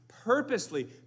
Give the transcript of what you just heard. Purposely